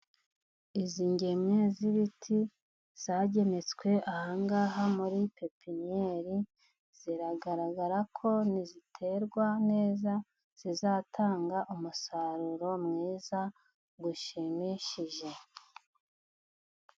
Izi ngemwe z'ibiti zagemetswe ahangaha muri pepiniyeri, ziragaragara ko niziterwa neza, zizatanga umusaruro mwiza ushimishije.